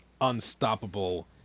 unstoppable